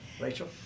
Rachel